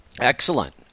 Excellent